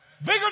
bigger